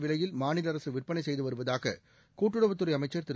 விலையில் மாநில அரசு விற்பனை செய்து வருவதாக கூட்டுறவுத்துறை அமைச்ச் திரு